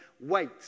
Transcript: Wait